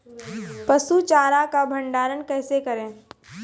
पसु चारा का भंडारण कैसे करें?